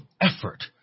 effort